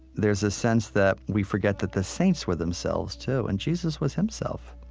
there's a sense that we forget that the saints were themselves too. and jesus was himself.